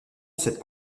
cette